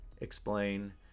explain